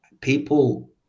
people